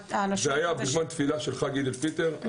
זה היה בזמן תפילה של חג עיד אל פיטר,